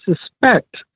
suspect